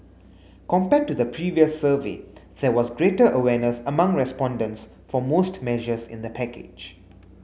compared to the previous survey there was greater awareness among respondents for most measures in the package